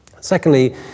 Secondly